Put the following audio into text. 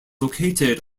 located